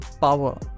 power